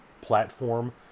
platform